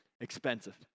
expensive